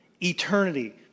eternity